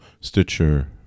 Stitcher